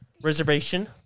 reservation